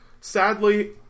Sadly